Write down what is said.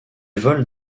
vole